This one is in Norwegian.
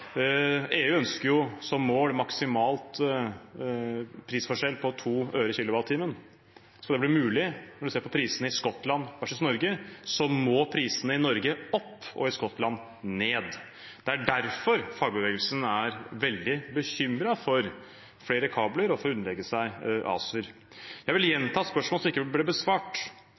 EU har jo som mål en maksimal prisforskjell på 2 øre per kWh. Skal det bli mulig, når man ser på prisene i Skottland versus Norge, må prisene opp i Norge og ned i Skottland. Det er derfor fagbevegelsen er veldig bekymret for flere kabler og for å underlegge seg ACER. Jeg vil gjenta spørsmålet, som ikke ble besvart: